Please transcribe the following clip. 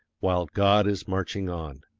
while god is marching on.